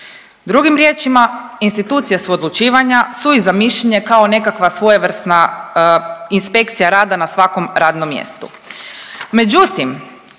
Drugim riječima, institucije suodlučivanja su i zamišljene kao nekakva svojevrsna inspekcija rada na svakog radnom mjestu. Međutim,